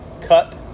cut